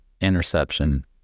interception